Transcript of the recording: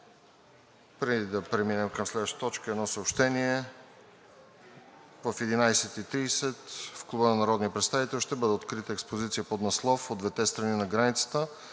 Преди да преминем към следващата точка, едно съобщение. В 11,30 ч. в Клуба на народния представител ще бъде открита експозиция под надслов „От двете страни на границата“.